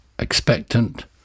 expectant